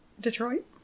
detroit